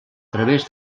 través